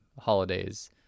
holidays